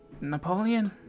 Napoleon